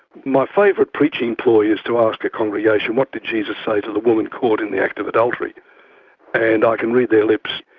my favourite preaching ploy is to ask a congregation what did jesus say to the woman caught in the act of adultery and i can read their lips,